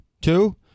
two